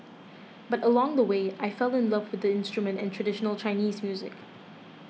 but along the way I fell in love with the instrument and traditional Chinese music